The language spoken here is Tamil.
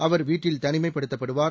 அவர் வீட்டில் தனிமைப்படுத்தப்படுவார்